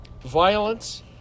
violence